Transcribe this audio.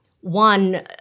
one